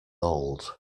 old